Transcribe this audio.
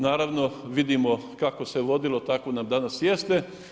Naravno vidimo kako se vodilo tako nam danas jeste.